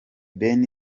ben